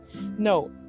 no